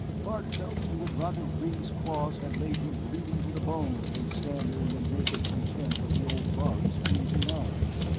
bart felt he would rather ringg's claws had laid him bleeding to the bone than stand there in the naked contempt of the old lhari's freezing eyes.